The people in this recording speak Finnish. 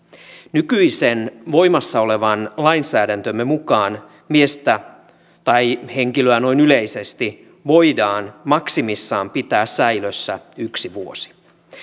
nykyisen voimassa olevan lainsäädäntömme mukaan miestä tai henkilöä noin yleisesti voidaan maksimissaan pitää säilössä yksi vuosi